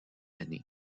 année